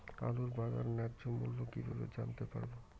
আলুর বাজার ন্যায্য মূল্য কিভাবে জানতে পারবো?